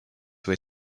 were